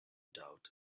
doubt